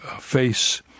face